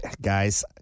Guys